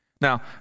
Now